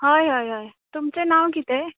हय हय तुमचें नांव कितें